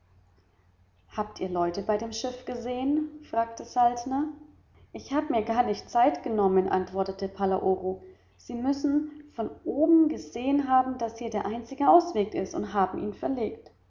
habt ihr leute bei dem schiff gesehen fragte saltner ich hab mir gar nicht zeit genommen antwortete palaoro sie müssen von oben gesehen haben daß hier der einzige ausweg ist und haben ihn verlegt